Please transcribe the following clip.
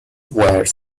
were